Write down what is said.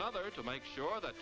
another to make sure that